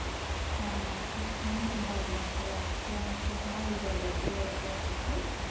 آ اَسہِ حظ چھُ ٹیٖم تِم واتَن اَتھ علاقَس کیٛاہ ووٚنوُ تۄہہِ اَتھ ناو اُزَربَل اور حظ واتن تِم